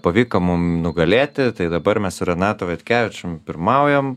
pavyko mum nugalėti tai dabar mes su renatu vaitkevičium pirmaujam